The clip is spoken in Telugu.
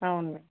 అవును